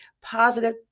positive